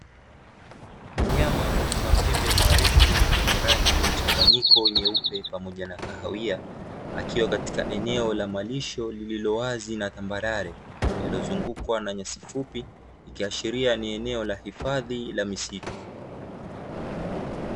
Mnyama mwenye mapembe marefu, mwenye rangi mchanganyiko; nyeupe pamoja na kahawia. Akiwa katika eneo la malisho lilowazi na tambarare iliyozungukwa na nyasi fupi, ikiashiria ni eneo la hifadhi la misitu.